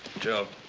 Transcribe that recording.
joe.